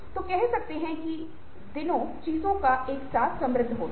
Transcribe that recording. तो कहसकते है की दिनो चीजो का एक साथ समृद्धि होत हैं